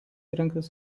įrengtas